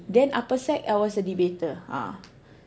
then upper sec I was a debater !huh!